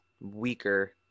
weaker